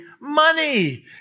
money